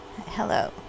Hello